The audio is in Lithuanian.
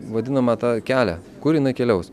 vadinamą tą kelią kur jinai keliaus